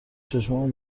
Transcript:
چشامو